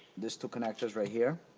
these two connectors right here